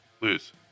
lose